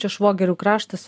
čia švogerių kraštas